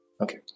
Okay